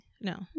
No